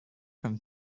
from